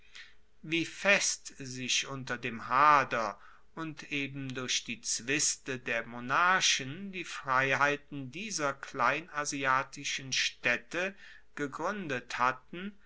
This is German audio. wie fest sich unter dem hader und eben durch die zwiste der monarchen die freiheiten dieser kleinasiatischen staedte gegruendet hatten